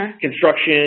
construction